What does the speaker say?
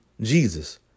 Jesus